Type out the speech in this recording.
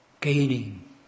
gaining